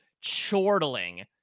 chortling